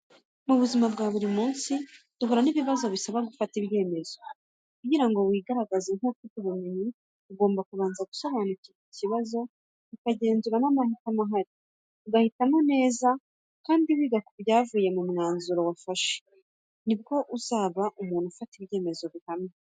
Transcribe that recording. Mu buzima bwa buri munsi duhura n’ibibazo bisaba gufata ibyemezo. Kugira ngo wigaragaze nk’ufite ubumenyi, ugomba kubanza gusobanukirwa ikibazo, ukagenzura amahitamo ahari, ugahitamo neza kandi wiga ku byavuye mu mwanzuro wafashe. Ni bwo uzaba umuntu ufata ibyemezo bihamye.